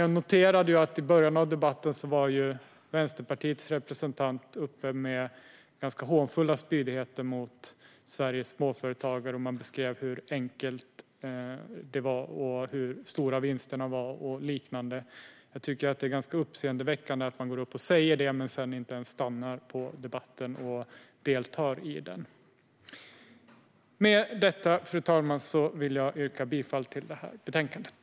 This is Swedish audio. Jag noterade att i början av debatten var Vänsterpartiets representant uppe med ganska hånfulla spydigheter mot Sveriges småföretagare. Man beskrev hur enkelt det var, hur stora vinsterna var och liknande. Jag tycker att det är ganska uppseendeväckande att man går upp och säger det men sedan inte ens stannar under debatten och deltar i den. Med detta, fru talman, yrkar jag bifall till utskottets förslag i betänkandet.